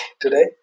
today